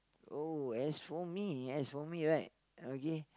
oh as for me as for me right okay